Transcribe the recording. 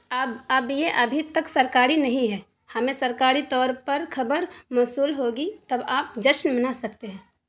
اب اب یہ ابھی تک سرکاری نہیں ہے ہمیں سرکاری طور پر خبر موصول ہوگی تب آپ جشن منا سکتے ہیں